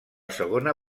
segona